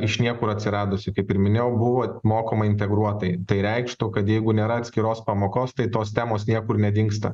iš niekur atsiradusi kaip ir minėjau buvo mokoma integruotai tai reikštų kad jeigu nėra atskiros pamokos tai tos temos niekur nedingsta